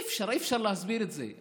אי-אפשר, אי-אפשר להסביר את זה.